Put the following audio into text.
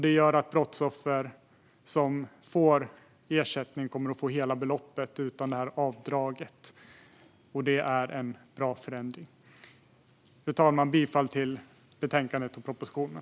Det gör att brottsoffer som får ersättning kommer att få hela beloppet utan avdraget. Det är en bra förändring. Fru talman! Jag yrkar bifall till förslaget i betänkandet och propositionen.